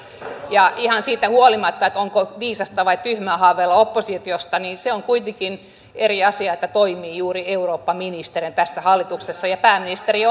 ihan siitä huolimatta onko viisasta vai tyhmää haaveilla oppositiosta se on kuitenkin eri asia että toimii juuri eurooppaministerinä tässä hallituksessa ja pääministeri